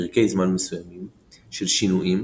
פרקי זמן מסוימים של שינויים –